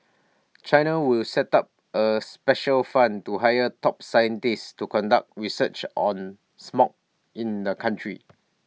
China will set up A special fund and hire top scientists to conduct research on smog in the country